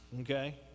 Okay